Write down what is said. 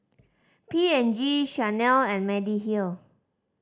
P and G Chanel and Mediheal